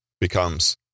Becomes